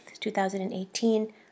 2018